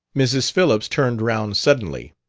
mrs. phillips turned round suddenly.